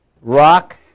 Rock